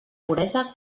puresa